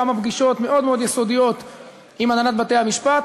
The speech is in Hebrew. כמה פגישות מאוד מאוד יסודיות עם הנהלת בתי-המשפט,